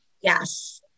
Yes